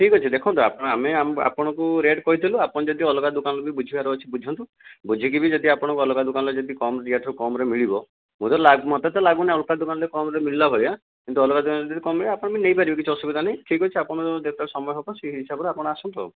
ଠିକ ଅଛି ଦେଖନ୍ତୁ ଆମେ ଆପଣଙ୍କୁ ରେଟ କହିଦେଲୁ ଆପଣ ଯଦି ଅଲଗା ଦୋକାନରେ ବି ବୁଝିବାର ଅଛି ବୁଝନ୍ତୁ ବୁଝିକି ବି ଯଦି ଆପଣ ଅଲଗା ଦୋକାନରେ ଯଦି କମ ୟାଠାରୁ କମରେ ମିଳିବ ମତେ ମତେ ତ ଲାଗୁନି ଅଲଗା ଦୋକାନରେ କମରେ ମିଳିଲା ଭଳିଆ କିନ୍ତୁ ଅଲଗା ଦୋକାନରେ ଯଦି କମ ମିଳେ ଆପଣ ବି ନେଇପାରିବେ କିଛି ଅସୁବିଧା ନାହିଁ ଠିକ ଅଛି ଆପଣଙ୍କର ଯେତେବେଳେ ସମୟ ହବ ସେ ହିସାବରେ ଆପଣ ଆସନ୍ତୁ ଆଉ